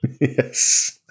Yes